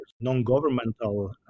non-governmental